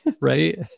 right